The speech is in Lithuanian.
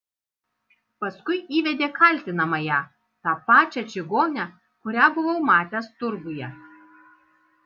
paskui įvedė kaltinamąją tą pačią čigonę kurią buvau matęs turguje